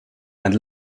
and